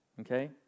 okay